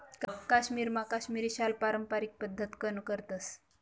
काश्मीरमा काश्मिरी शाल पारम्पारिक पद्धतकन करतस